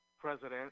president